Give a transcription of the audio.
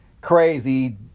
crazy